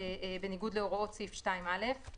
בניגוד להוראות סעיף 2(א);